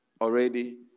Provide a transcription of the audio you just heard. already